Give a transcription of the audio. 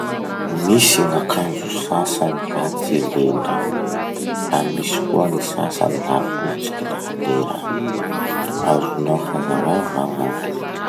Misy gn'akanjo sasany la tsy len-drano laha misy koa gny sasany la lotsiky laha le rano. Azonao hazavà va gn'antony?